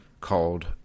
called